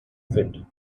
fit